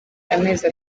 amezi